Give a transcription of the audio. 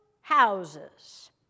houses